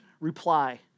reply